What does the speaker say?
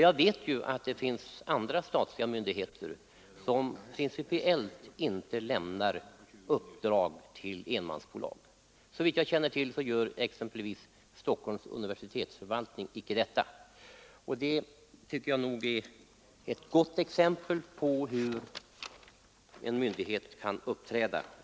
Jag vet att det finns statliga myndigheter, som principiellt inte lämnar uppdrag till enmansbolag. Såvitt jag känner till gör Stockholms universitets förvaltning inte detta, vilket jag tycker är ett gott exempel på hur en myndighet skall uppträda.